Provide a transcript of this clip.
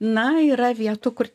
na yra vietų kur